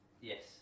Yes